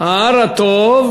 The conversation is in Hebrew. ההר הטוב